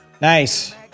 Nice